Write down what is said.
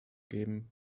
geben